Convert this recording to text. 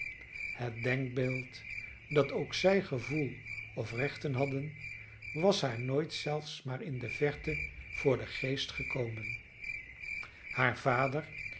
het denkbeeld dat ook zij gevoel of rechten hadden was haar nooit zelfs maar in de verte voor den geest gekomen haar vader